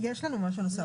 בוודאי שיש לנו משהו נוסף,